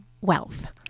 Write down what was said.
wealth